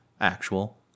actual